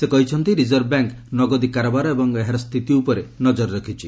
ସେ କହିଛନ୍ତି Reserve Bank ନଗଦୀ କାରବାର ଏବଂ ଏହାର ସ୍ଥିତି ଉପରେ ନଜର ରଖିଛି